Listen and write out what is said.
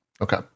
Okay